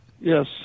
Yes